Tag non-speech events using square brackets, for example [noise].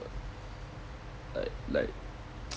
like like [noise]